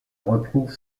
retrouve